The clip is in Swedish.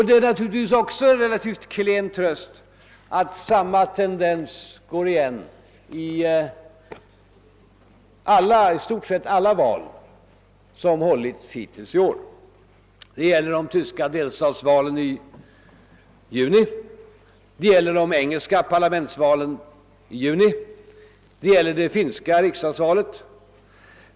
Det är också en relativt klen tröst att samma tendens går igen i stort sett i alla val som hållits hittills i år. Det gäller de tyska delstatsvalen i juni, det gäller de engelska parlamentsvalen samma månad, det gäller det finska riksdagsvalet.